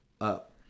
up